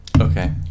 Okay